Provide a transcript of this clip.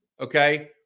Okay